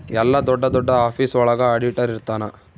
ಎಲ್ಲ ದೊಡ್ಡ ದೊಡ್ಡ ಆಫೀಸ್ ಒಳಗ ಆಡಿಟರ್ ಇರ್ತನ